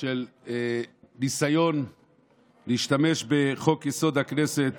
של ניסיון להשתמש בחוק-יסוד: הכנסת